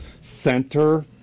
center